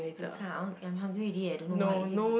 zi char I want I'm hungry already eh don't know why is it the